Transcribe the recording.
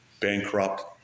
bankrupt